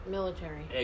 Military